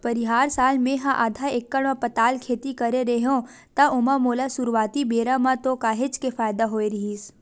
परिहार साल मेहा आधा एकड़ म पताल खेती करे रेहेव त ओमा मोला सुरुवाती बेरा म तो काहेच के फायदा होय रहिस